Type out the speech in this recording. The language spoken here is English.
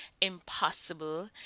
impossible